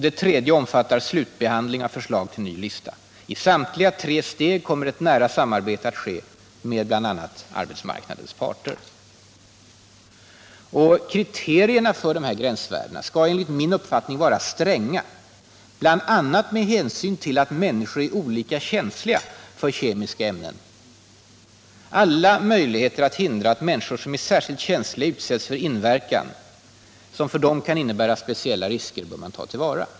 Det tredje omfattar slutbehandling av förslag till en ny lista. I samtliga tre steg kommer ett nära samarbete att ske med bl.a. arbetsmarknadens parter. Kriterierna för gränsvärdena skall enligt min uppfattning vara stränga, bl.a. med hänsyn till att människor är olika känsliga för kemiska ämnen. Alla möjligheter att hindra att människor som är särskilt känsliga utsätts för inverkan, vilken för dem kan innebära speciella risker, bör tas till vara.